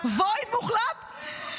איפה פורום הנשים?